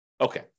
Okay